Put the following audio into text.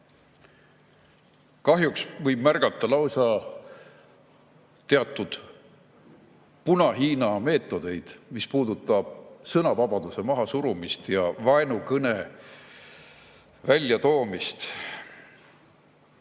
Kahjuks võib märgata lausa teatud Puna-Hiina meetodeid, mis puudutab sõnavabaduse mahasurumist ja vaenukõne väljatoomist.